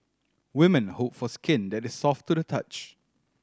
women hope for skin that is soft to the touch